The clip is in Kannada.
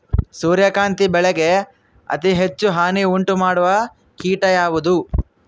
ಸೂರ್ಯಕಾಂತಿ ಬೆಳೆಗೆ ಅತೇ ಹೆಚ್ಚು ಹಾನಿ ಉಂಟು ಮಾಡುವ ಕೇಟ ಯಾವುದು?